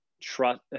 trust